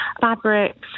Fabrics